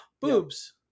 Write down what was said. boobs